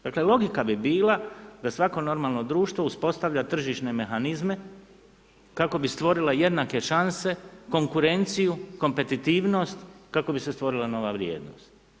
Dakle logika bi bila da svako normalno društvo uspostavlja tržišne mehanizme kako bi stvorila jednake šanse, konkurenciju, kompetitivnost, kako bi se stvorila nova vrijednost.